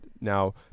now